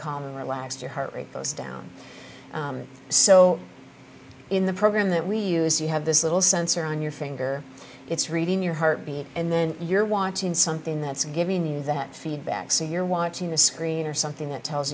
and relaxed your heart rate goes down so in the program that we use you have this little sensor on your finger it's reading your heartbeat and then you're watching something that's giving you that feedback so you're watching a screen or something that tells